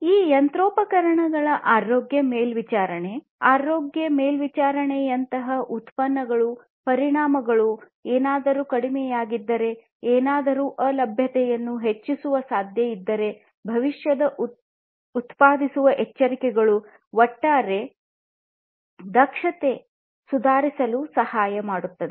ಈ ಯಂತ್ರೋಪಕರಣಗಳ ಆರೋಗ್ಯ ಮೇಲ್ವಿಚಾರಣೆ ಆರೋಗ್ಯ ಮೇಲ್ವಿಚಾರಣೆಯಂತಹ ಉತ್ಪನ್ನಗಳು ಪರಿಣಾಮಗಳು ಏನಾದರೂ ಕಡಿಮೆಯಾಗಿದ್ದರೆ ಏನಾದರೂ ಅಲಭ್ಯತೆಯನ್ನು ಹೆಚ್ಚಿಸುವ ಸಾಧ್ಯತೆಯಿದ್ದರೆ ಭವಿಷ್ಯದ ಉತ್ಪಾದಿಸುವ ಎಚ್ಚರಿಕೆಗಳು ಮೊದಲೇ ಒಟ್ಟಾರೆ ದಕ್ಷತೆ ಸುಧಾರಿಸಲು ಸಹಾಯ ಮಾಡುತ್ತದೆ